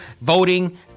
voting